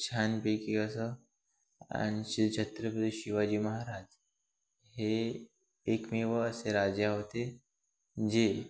छानपैकी असं आणि श्री छत्रपती शिवाजी महाराज हे एकमेव असे राजा होते जे